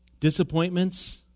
disappointments